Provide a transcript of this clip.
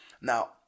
Now